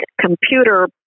computer